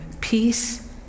peace